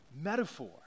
metaphor